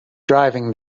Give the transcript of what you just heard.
driving